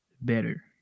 better